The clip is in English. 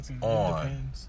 on